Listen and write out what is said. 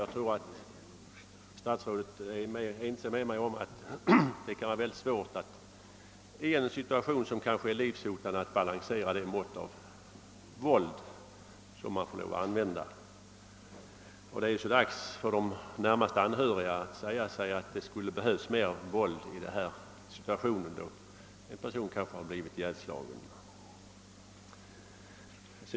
Statsrådet är säkerligen ense med mig om att det kan vara svårt att i en situation som kanske är livshotande balansera det mått av våld som man får använda. Det är så dags för de närmaste anhöriga att säga att det skulle ha behövts större nödvärn när en person kanske redan blivit ihjälslagen.